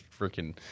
freaking